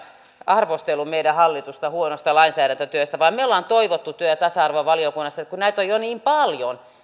arvostellut meidän hallitusta huonosta lainsäädäntötyöstä vaan me olemme toivoneet työ ja tasa arvovaliokunnassa kun näitä on jo niin paljon